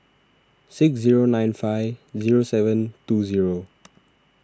six zero nine five zero seven two zero